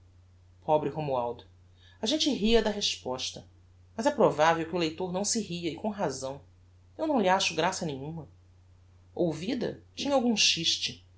tartaros pobre romualdo a gente ria da resposta mas é provavel que o leitor não se ria e com razão eu não lhe acho graça nenhuma ouvida tinha algum chiste mas